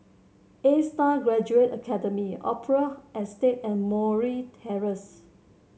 Astar Graduate Academy Opera Estate and Murray Terrace